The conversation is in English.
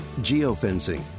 geofencing